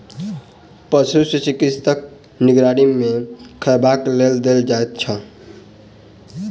पशु चिकित्सकक निगरानी मे खयबाक लेल देल जाइत छै